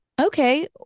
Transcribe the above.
okay